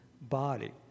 body